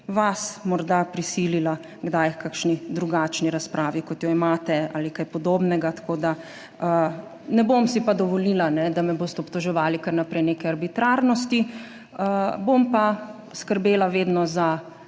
vas morda prisilila kdaj h kakšni drugačni razpravi, kot jo imate, ali kaj podobnega. Ne bom si pa dovolila, da me boste obtoževali kar naprej neke arbitrarnosti. Bom pa skrbela vedno za